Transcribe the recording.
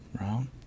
round